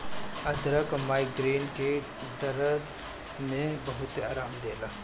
अदरक माइग्रेन के दरद में बहुते आराम देला